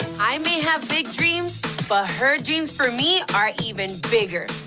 i may have big dreams, but her dreams for me are even bigger